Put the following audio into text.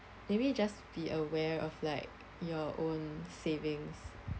maybe just be aware of like your own savings